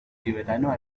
tibetano